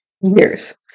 Years